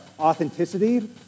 Authenticity